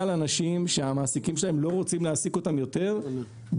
אנשים שהמעסיקים שלהם לא רוצים להעסיק אותם יותר בגלל